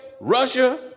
Russia